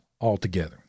altogether